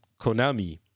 Konami